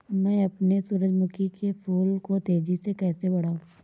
मैं अपने सूरजमुखी के फूल को तेजी से कैसे बढाऊं?